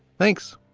thanks.